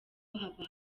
haba